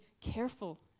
careful